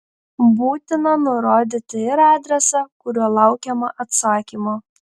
būtina nurodyti ir adresą kuriuo laukiama atsakymo